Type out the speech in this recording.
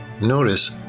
Notice